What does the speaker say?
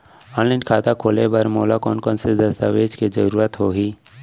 Online खाता खोले बर मोला कोन कोन स दस्तावेज के जरूरत होही?